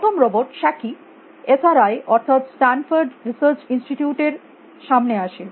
প্রথম robot Shakey S R I অর্থাৎ Stanford research institute এর SRI's stand for Stanford research instituteসামনে আসে